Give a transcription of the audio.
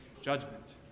judgment